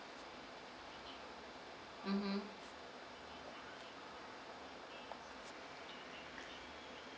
mmhmm